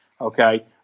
Okay